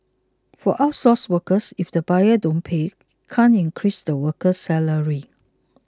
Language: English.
for outsourced workers if the buyers don't pay can't increase the worker's salary